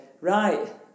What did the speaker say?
right